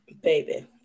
Baby